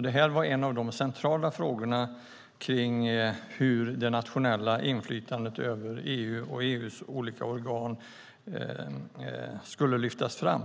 Det var en av de centrala frågorna beträffande hur det nationella inflytandet över EU och EU:s olika organ skulle lyftas fram.